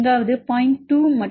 2 மற்றும் Y அச்சு 0